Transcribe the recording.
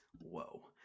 Whoa